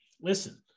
listen